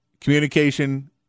Communication